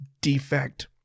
defect